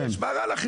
זה גם עוזר לגבייה.